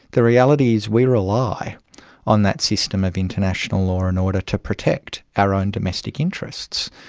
the reality is we rely on that system of international law and order to protect our own domestic interests.